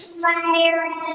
Virus